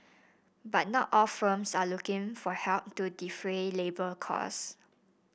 but not all firms are looking for help to defray labour cost